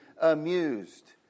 amused